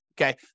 Okay